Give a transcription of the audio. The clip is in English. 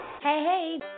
Hey